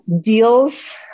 deals